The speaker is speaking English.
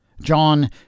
John